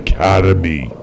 Academy